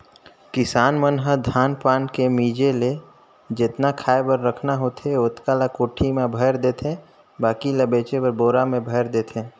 किसान मन ह धान पान के मिंजे ले जेतना खाय बर रखना होथे ओतना ल कोठी में भयर देथे बाकी ल बेचे बर बोरा में भयर देथे